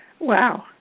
Wow